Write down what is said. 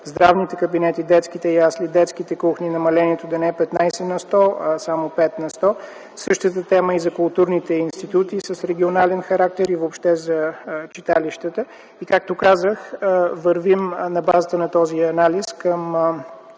здравните кабинети, детските ясли и детските кухни намалението да не е 15, а само 5 на сто. Същата е темата и за културните институти с регионален характер, и въобще за читалищата. Вървим на базата на този анализ към